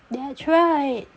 that's right